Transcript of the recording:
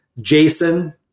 Jason